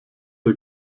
der